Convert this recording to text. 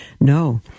No